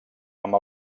amb